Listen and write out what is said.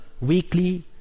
weekly